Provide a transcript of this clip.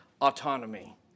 autonomy